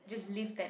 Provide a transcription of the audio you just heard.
just live that